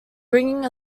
bringing